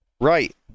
Right